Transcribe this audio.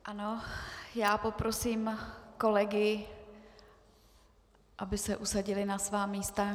Ano, poprosím kolegy, aby se usadili na svá místa.